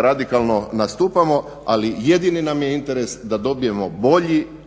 "radikalno nastupamo", ali jedini nam je interes da dobijemo bolji,